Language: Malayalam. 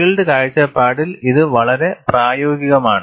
ഫീൽഡ് കാഴ്ചപ്പാടിൽ ഇത് വളരെ പ്രായോഗികമാണ്